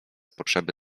potrzeby